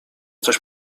coś